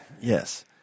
Yes